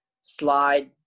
slide